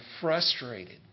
frustrated